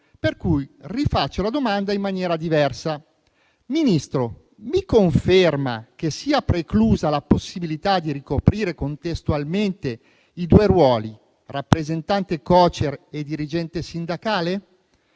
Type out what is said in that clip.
Per cui rivolgo la domanda in maniera diversa: Ministro, mi conferma che sia preclusa la possibilità di ricoprire contestualmente i due ruoli, rappresentante Cocer e dirigente sindacale?